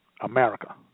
America